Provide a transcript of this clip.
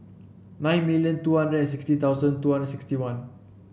nine million two hundred and sixty thousand two hundred sixty one